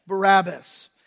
Barabbas